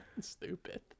Stupid